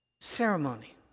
ceremony